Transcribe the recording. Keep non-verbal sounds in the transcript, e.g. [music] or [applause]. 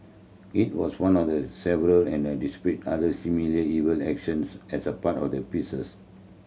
it was one of the several and a [unintelligible] other similarly evil actions as a part of the pieces